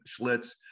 Schlitz